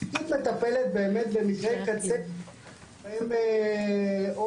הפרקליטות מטפלת באמת במקרי קצה בהם או